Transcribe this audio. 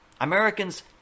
Americans